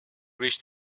reached